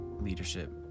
leadership